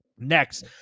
Next